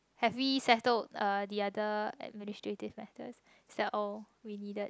have we settle uh the other administrative letters is that all we needed